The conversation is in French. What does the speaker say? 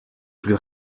plus